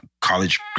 college